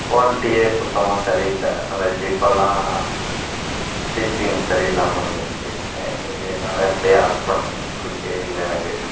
குவாலிட்டியே சுத்தமாக சரி இல்லை அந்த ஜிப் எல்லாம் ஸ்டிச்சிங் சரியில்லாமல் இருந்திச்சு என்னடா இப்படி ஆர்டர் பண்ணிட்டோமே பிடிக்கவே இல்லை எனக்கு